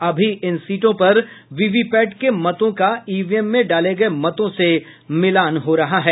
अभी इन सीटों पर वीवीपैट के मतों का ईवीएम में डाले गये मतों से मिलान हो रहा है